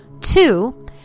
Two